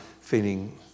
feeling